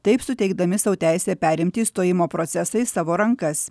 taip suteikdami sau teisę perimti išstojimo procesą į savo rankas